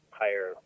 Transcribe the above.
higher